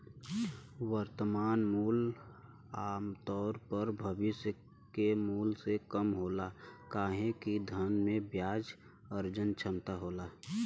वर्तमान मूल्य आमतौर पर भविष्य के मूल्य से कम होला काहे कि धन में ब्याज अर्जन क्षमता होला